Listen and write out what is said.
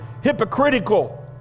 hypocritical